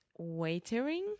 waitering